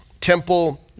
temple